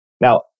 Now